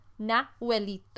Nahuelito